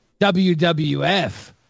WWF